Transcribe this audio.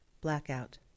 Blackout